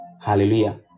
hallelujah